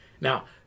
Now